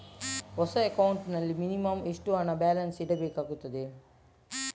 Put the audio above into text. ಹೊಸ ಅಕೌಂಟ್ ನಲ್ಲಿ ಮಿನಿಮಂ ಎಷ್ಟು ಹಣ ಬ್ಯಾಲೆನ್ಸ್ ಇಡಬೇಕಾಗುತ್ತದೆ?